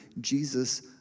Jesus